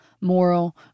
moral